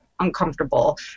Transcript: uncomfortable